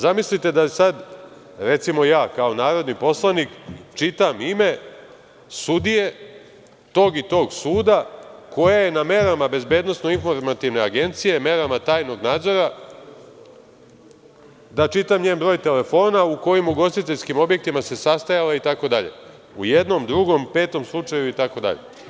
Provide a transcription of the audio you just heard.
Zamislite da sada ja kao narodni poslanik čitam ime sudije tog i tog suda koja je na merama Bezbedonosno informativne agencije, merama tajnog nadzora, da čitam njen broj telefona u kojim ugostiteljskim objektima se sastajala itd, u jednom, drugom, petom slučaju, itd.